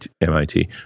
MIT